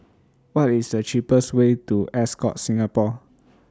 What IS The cheapest Way to Ascott Singapore